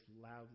loudly